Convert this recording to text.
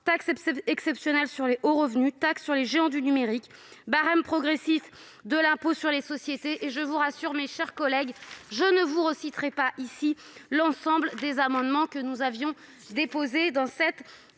taxe exceptionnelle sur les hauts revenus, taxe sur les géants du numérique, barème progressif de l'impôt sur les sociétés ... Je vous rassure, mes chers collègues, je ne vous réciterai pas la liste des amendements que nous avons déposés sur cette